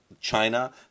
China